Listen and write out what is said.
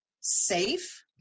safe